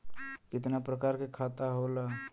कितना प्रकार के खाता होला?